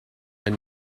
and